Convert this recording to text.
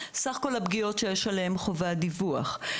סך כל הפגיעות שיש עליהן חובת דיווח.